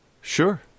sure